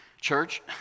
Church